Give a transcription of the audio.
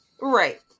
Right